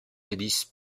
hélices